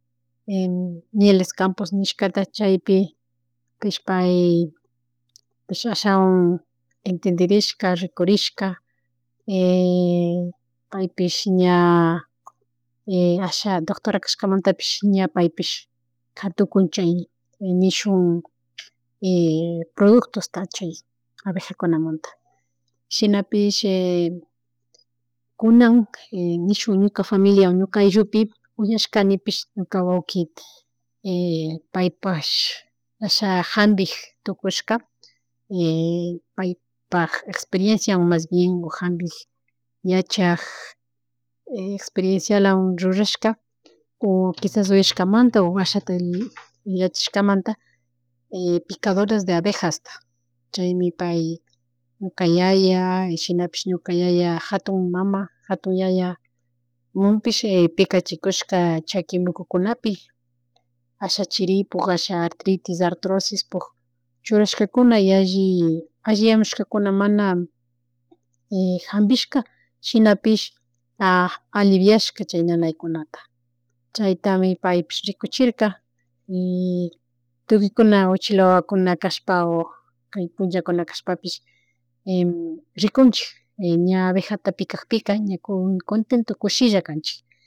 (-) Mieles campos nishkata chaypi pay ashawan entenderishka rikurishka paypish ña asha doctora kashkamantapish ña paypish katuk chay nishun productosta chay avejamunta chinapish kunan nishuk ñuka familia ñuka ayllupi, uyashkanipish ñuka wauki paypash asha jampik tukushka paypak experienciawan mas bien o jambik yachag experiencialawan rurashka o kishas uyashkamanta o ashata yachshkamanta y picadoras de avejasta chaymi pay, ñuka yaya y shinapis ñuka yaya jatun mama, jatun yaya, munpish pikachishku chaki mukukunapi ash chirpuk asha atristis, artrosipuk churashkakun y yalli alliyamushkakuna mana jambishka shinapish aliviashka chay nanaykunata chaytami paypish rikuchirka y tucuikuna uchila wawakunakashpa, o kay punlla kashpapish rikunchin ña abejata pikagpika ña con- contento kushilla kanchik.